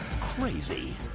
crazy